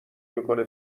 میکنه